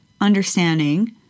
understanding